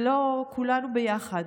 כולנו יחד,